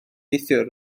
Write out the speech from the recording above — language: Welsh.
neithiwr